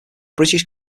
british